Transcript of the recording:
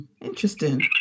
Interesting